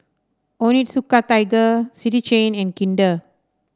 Onitsuka Tiger City Chain and Kinder